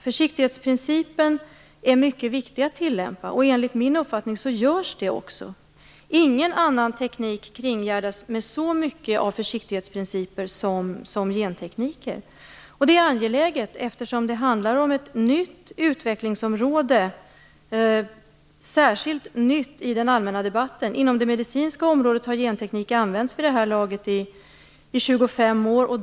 Försiktighetsprincipen är mycket viktig att tillämpa, och enligt min uppfattning tillämpas den också. Ingen annan teknik kringgärdas av så många försiktighetsprinciper som gentekniken. Det är angeläget, eftersom det handlar om ett nytt utvecklingsområde. I synnerhet är det nytt i den allmänna debatten. På det medicinska området har genteknik använts i 25 år vid det här laget.